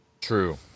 True